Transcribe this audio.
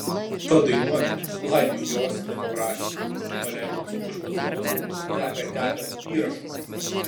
padainuoti laimei jos nepaprašė paleido dzūkiškos dainos teka teka įrašą